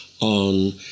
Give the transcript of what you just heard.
on